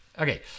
Okay